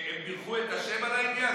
הם בירכו את ה' על העניין?